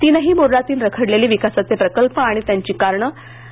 तिनही बोर्डातील रखडलेले विकासाचे प्रकल्प आणि त्याची कारणे ही डॉ